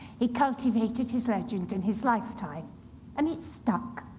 he cultivated his legend in his lifetime and it stuck.